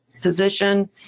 position